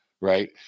right